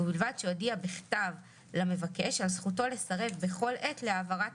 ובלבד שהודיע בכתב למבקש על זכותו לסרב בכל עת להעברת